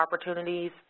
opportunities